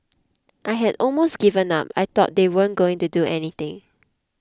I had almost given up I thought they weren't going to do anything